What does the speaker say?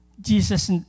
Jesus